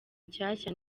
nshyashya